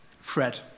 Fred